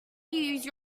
use